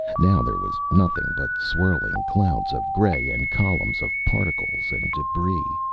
now there was nothing but swirling clouds of gray and columns of particles and debris,